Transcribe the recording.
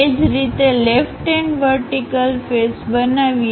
એ જ રીતે left hand vertical face બનાવીએ